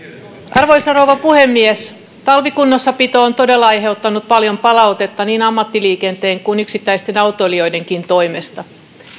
arvoisa rouva puhemies talvikunnossapito on todella aiheuttanut paljon palautetta niin ammattiliikenteen kuin yksittäisten autoilijoidenkin toimesta